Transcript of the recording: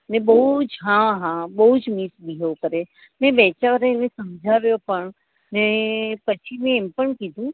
ને બહુ જ હા હા બહુ જ મિસબિહેવ કરે મેં બે ચાર વાર એને સમજાવ્યો પણ ને પછી મેં એમ પણ કીધું